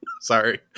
sorry